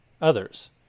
others